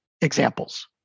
examples